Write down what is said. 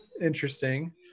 interesting